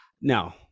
no